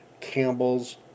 Campbell's